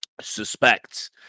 suspects